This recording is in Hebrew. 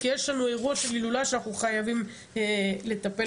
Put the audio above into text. כי יש לנו אירוע של הילולה שאנחנו חייבים לטפל בו כראוי.